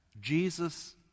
Jesus